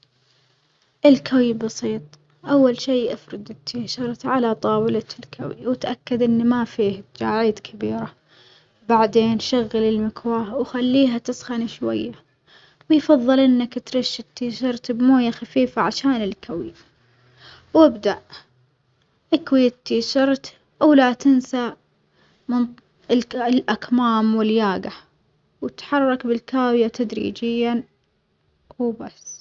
الكي بسيط أول شي افرد التيشيرت على طاولة الكوي وتأكد إن ما فيه تجاعيد كبيرة بعدين شغل المكواه وخليها تسخن شوية، ويفظل إنك ترش التيشيرت بموية خفيفة عشان الكوي، وابدأ اكوي التيشيرت ولا تنسىمن الك الأكمام والياجة واتحرك بالكاوية تدريجيًا وبس.